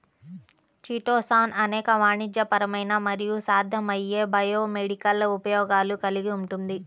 chitosan అనేక వాణిజ్యపరమైన మరియు సాధ్యమయ్యే బయోమెడికల్ ఉపయోగాలు కలిగి ఉంటుంది